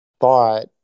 thought